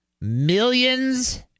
Millions